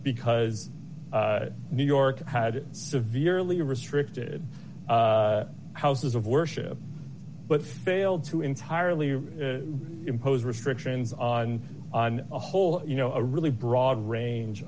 because new york had severely restricted houses of worship but failed to entirely impose restrictions on on a whole you know a really broad range